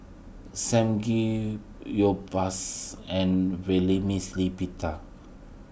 Samgeyopsal and Vermicelli Pita